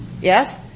Yes